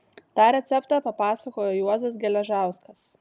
tą receptą papasakojo juozas geležauskas